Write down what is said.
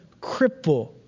cripple